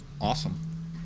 awesome